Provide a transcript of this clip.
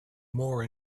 more